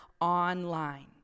online